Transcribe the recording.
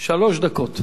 שלוש דקות.